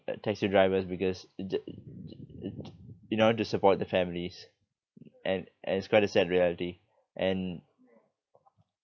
uh taxi drivers because th~ th~ th~ in order to support the families and and it's quite a sad reality and